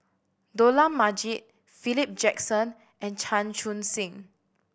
Dollah Majid Philip Jackson and Chan Chun Sing